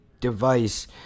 device